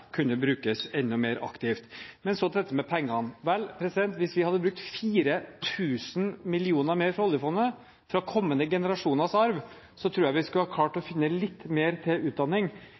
kunne brukes enda mer aktivt. Så til dette med pengene. Hvis vi hadde brukt 4 000 mill. kr mer fra oljefondet, fra kommende generasjoners arv, tror jeg vi skulle klart å finne litt mer til utdanning